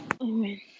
Amen